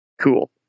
Cool